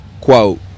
Quote